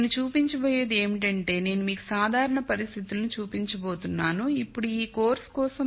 నేను చూపించబోయేది ఏమిటంటే నేను మీకు సాధారణ పరిస్థితులను చూపించబోతున్నాను ఇప్పుడు ఈ కోర్సు కోసం